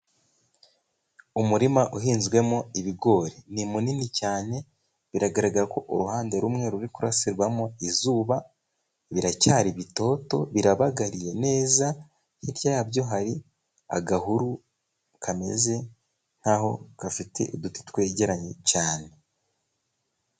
Umurima uhinzwemo ibigori. Ni munini cyane, biragaragara ko uruhande rumwe ruri kurasirwamo izuba. Biracyari bitoto, birabagariye neza, hirya yabyo hari agahuru kameze nk'aho gafite uduti twegeranye cyane.